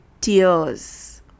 tears